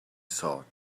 thought